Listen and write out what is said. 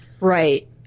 Right